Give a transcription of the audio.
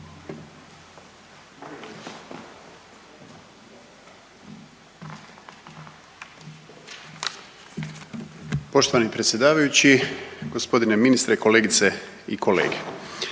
Poštovani predsjedavajući, gospodine ministre, kolegice i kolege.